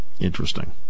interesting